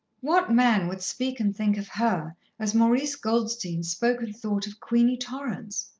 what man would speak and think of her as maurice goldstein spoke and thought of queenie torrance?